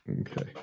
Okay